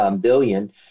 billion